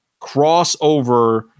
crossover